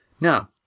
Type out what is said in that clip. Now